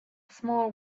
small